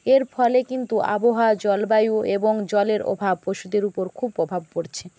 এর ফলে কিন্তু আবহাওয়া জলবায়ু এবং জলের অভাব পশুদের উপর খুব প্রভাব পড়ছে